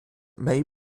may